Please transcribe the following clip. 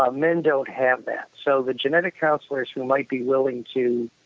um men don't have that, so the genetic counselors who might be willing to